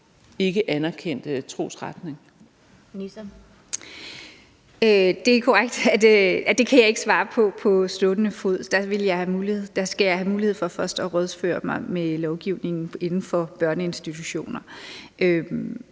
(Joy Mogensen): Det er korrekt, at jeg ikke kan svare på det på stående fod. Der skal jeg have mulighed for først at rådføre mig med lovgivningen inden for børneinstitutioner.